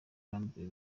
bambaye